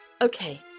Okay